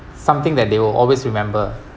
something that they will always remember